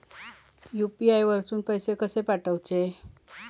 UPI वरसून पैसे कसे पाठवचे?